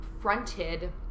fronted